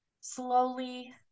slowly